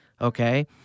Okay